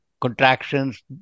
contractions